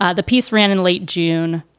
ah the piece ran in late june.